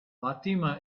fatima